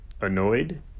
annoyed